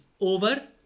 over